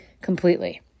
completely